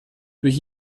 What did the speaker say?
durch